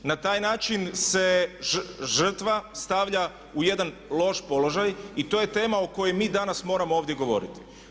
Na taj način se žrtva stavlja u jedan loš položaj i to je tema o kojoj mi danas moramo ovdje govoriti.